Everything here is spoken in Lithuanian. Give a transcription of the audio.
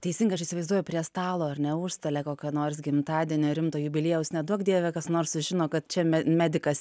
teisingai aš įsivaizduoju prie stalo ar ne užstalė kokio nors gimtadienio rimto jubiliejaus neduok dieve kas nors sužino kad čia me medikas